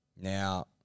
Now